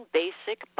basic